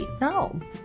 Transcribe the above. no